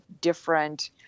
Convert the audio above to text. different